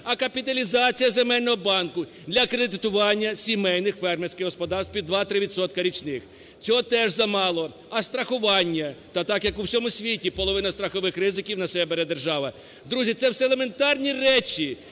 а капіталізація земельного банку для кредитування сімейних фермерських господарств під 2-3 відсотки річних, цього теж замало. А страхування – та так як у всьому світі, половину страхових ризиків на себе бере держава. Друзі, це все елементарні речі,